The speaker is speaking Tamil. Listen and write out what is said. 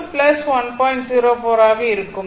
04 ஆக இருக்கும்